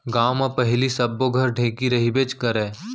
गॉंव म पहिली सब्बो घर ढेंकी रहिबेच करय